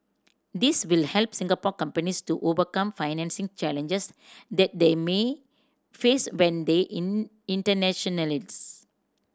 this will help Singapore companies to overcome financing challenges that they may face when they in internationalise